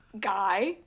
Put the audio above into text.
guy